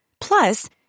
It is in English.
Plus